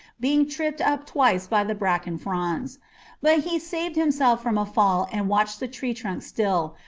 being tripped up twice by the bracken fronds but he saved himself from a fall and watched the tree trunk still,